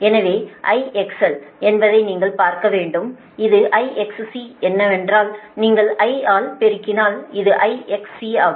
எனவே IXLஎன்பதை நீங்கள் பார்க்க வேண்டும் இது IXC ஏனென்றால் நீங்கள் I ஆல் பெருக்கினால் இது IXC ஆகும்